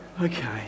Okay